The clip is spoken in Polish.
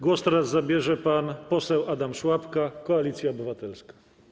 Głos teraz zabierze pan poseł Adam Szłapka, Koalicja Obywatelska.